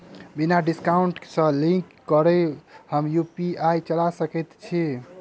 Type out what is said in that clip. बिना एकाउंट सँ लिंक करौने हम यु.पी.आई चला सकैत छी?